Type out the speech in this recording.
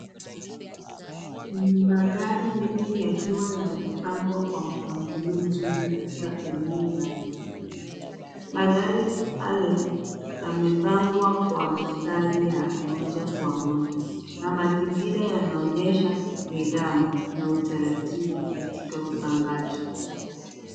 magari mengi yakiwa limepangwa kwa mpangilio nzuri katika eneo, magari haya yamepangwa kwa mstari ya moja kwa moja na mazingira inaonyesha ni nidhamu na utaratibu katika upangaji.